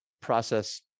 process